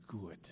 good